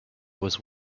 was